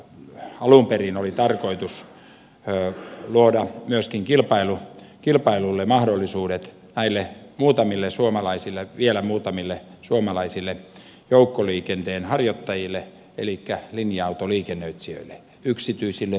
tällä oli alun perin tarkoitus luoda myöskin kilpailulle mahdollisuudet näille vielä muutamille suomalaisille joukkoliikenteen harjoittajille elikkä linja autoliikennöitsijöille yksityisille yrityksille